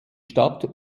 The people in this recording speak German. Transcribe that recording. stadt